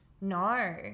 No